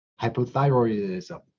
hypothyroidism